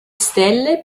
stelle